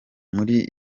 muri